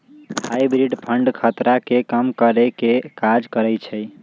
hybrid fund खतरा के कम करेके काज करइ छइ